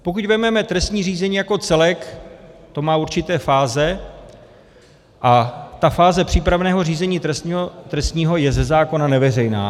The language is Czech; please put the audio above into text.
Pokud vezmeme trestní řízení jako celek, má určité fáze, a fáze přípravného řízení trestního je ze zákona neveřejná.